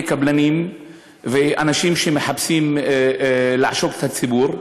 קבלנים ואנשים שמחפשים לעשוק את הציבור.